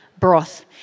broth